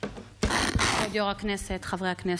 הישיבה, חברי הכנסת,